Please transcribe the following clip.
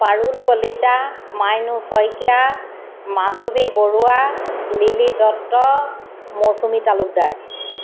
Parul Kalita Mainu Saikia Madhabi Baruah Lily Dutta Mousumi Talukdar